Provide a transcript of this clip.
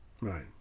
Right